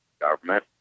government